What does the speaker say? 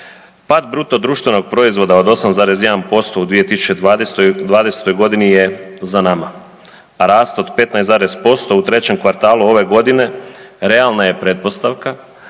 Pad bruto društvenog proizvoda od 8,1% u 2020. godini je za nama, a rast od 15 zarez posto u trećem kvartalu ove godine realna je pretpostavka